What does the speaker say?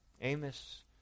Amos